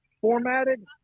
formatted